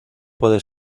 puede